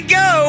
go